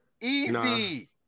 Easy